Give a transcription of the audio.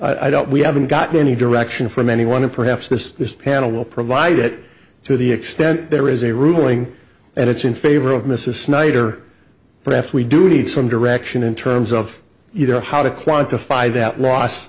one i don't we haven't gotten any direction from anyone and perhaps this this panel will provide it to the extent there is a ruling and it's in favor of mrs knight or perhaps we do need some direction in terms of you know how to quantify that loss